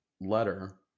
letter